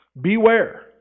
beware